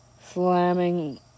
slamming